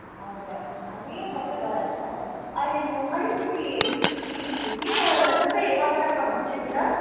हजुर अनि सबै भइहाल्छ अहिले म अलिकति बिजी छु कि म तपाईँलाई सबै ह्वाट्सएपमा भन्छु नि ल